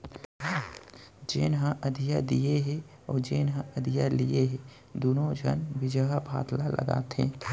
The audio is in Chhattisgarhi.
जेन ह अधिया दिये हे अउ जेन ह अधिया लिये हे दुनों झन बिजहा भात ल लगाथें